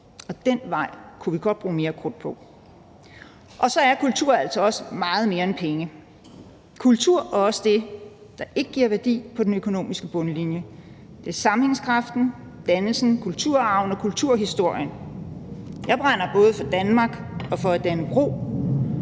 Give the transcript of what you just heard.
og den vej kunne vi godt bruge mere krudt på. Så er kultur altså også meget mere end penge. Kultur er også det, der ikke giver værdi på den økonomiske bundlinje. Det er sammenhængskraften, dannelsen, kulturarven og kulturhistorien. Jeg brænder både for Danmark og for